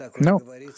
No